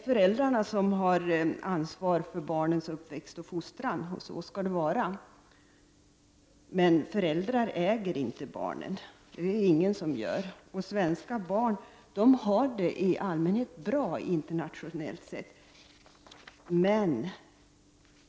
Föräldrarna har ansvar för barnens uppväxt och fostran, och så skall det vara. Men föräldrar äger inte sina barn, det gör ingen. Svenska barn har det i allmänhet bra, internationellt sett.